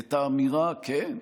את האמירה: כן,